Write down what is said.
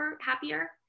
happier